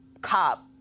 cop